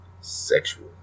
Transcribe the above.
Sexual